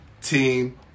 Team